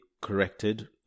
corrected